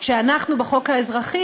כשאנחנו בחוק האזרחי,